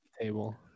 table